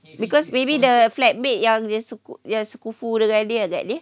because maybe the flatmate yang dia suka yang sekufu dengan dia agaknya